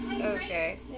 Okay